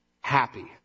happy